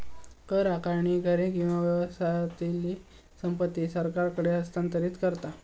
कर आकारणी घरे किंवा व्यवसायातली संपत्ती सरकारकडे हस्तांतरित करता